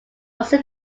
also